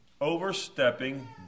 overstepping